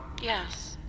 Yes